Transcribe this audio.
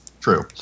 True